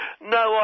no